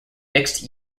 mixed